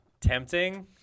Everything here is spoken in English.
tempting